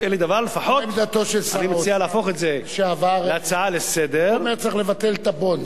לפחות אני מציע להפוך את זה להצעה לסדר-היום,